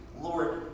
Lord